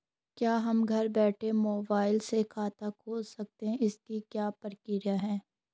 क्या हम घर बैठे मोबाइल से खाता खोल सकते हैं इसकी क्या प्रक्रिया है?